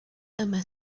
yma